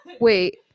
wait